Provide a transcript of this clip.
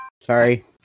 Sorry